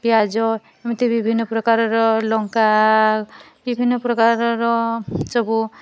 ପିଆଜ ଏମିତି ବିଭିନ୍ନ ପ୍ରକାରର ଲଙ୍କା ବିଭିନ୍ନ ପ୍ରକାରର ସବୁ